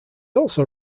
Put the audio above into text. also